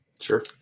Sure